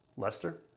lester?